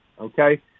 Okay